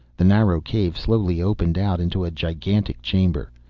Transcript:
the narrow cave slowly opened out into a gigantic chamber,